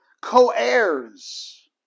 co-heirs